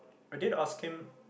I did ask him